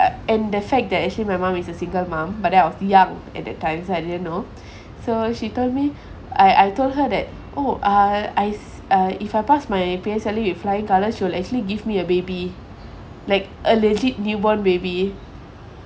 and the fact that actually my mom is a single mom but then I was young at that time so I didn't know so she told me I I told her that oh uh I s~ uh if I pass my P_S_L_E with flying colours she will actually give me a baby like a legit newborn baby